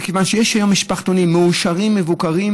מכיוון שיש היום משפחתונים מאושרים ומבוקרים,